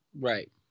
right